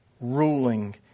ruling